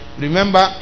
Remember